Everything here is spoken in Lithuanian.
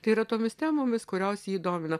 tai yra tomis temomis kurios jį domina